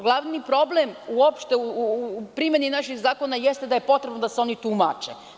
Glavni problem uopšte u primeni naših zakona jeste da je potrebno da se oni tumače.